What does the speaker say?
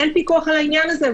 אין פיקוח על העניין הזה,